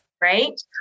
Right